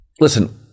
Listen